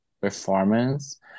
performance